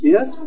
Yes